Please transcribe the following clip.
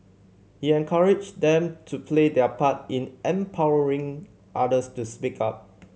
he encouraged them to play their part in empowering others to speak up